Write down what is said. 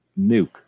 nuke